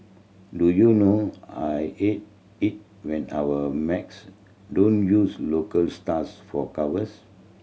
do you know I hate it when our mags don't use local stars for covers